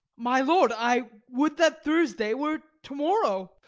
my lord, i would that thursday were to-morrow.